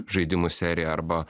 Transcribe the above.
žaidimų serija arba